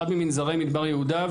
אחד ממנזרי מדבר יהודה,